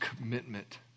commitment